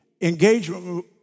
engagement